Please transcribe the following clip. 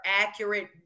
accurate